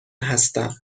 هستم